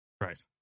Right